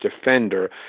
defender